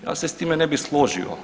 Ja se s time ne bi složio.